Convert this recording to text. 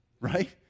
right